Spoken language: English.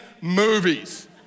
movies